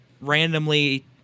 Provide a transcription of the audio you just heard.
randomly